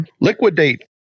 Liquidate